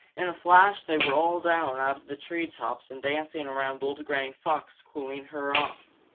in a flash they were all down out of the treetops and dancing around old granny fox, cooling her off.